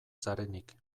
zarenik